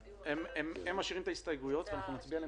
אנחנו שותפים לו ואנחנו חלק ממנו,